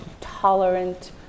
tolerant